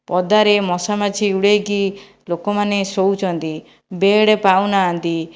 ପଦାରେ ମଶାମାଛି ଉଡ଼େଇକି ଲୋକମାନେ ଶୋଉଛନ୍ତି ବେଡ଼୍ ପାଉନାହାନ୍ତି